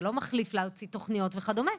זה לא מחליף הוצאת תוכניות וכדומה,